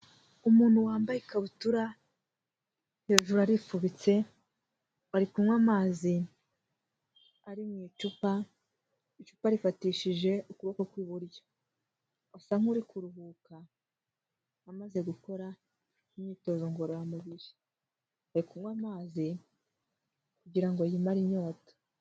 Umuntu wambaye ikabutura, hejuru arifubitse, ari kunywa amazi ari mu icupa, icupa arifatishije ukuboko kw'iburyo. Usa nk'uri kuruhuka, amaze gukora imyitozo ngororamubiri. Aari kunywa amazi kugira ngo yimare inyota.